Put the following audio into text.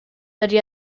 dydy